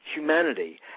humanity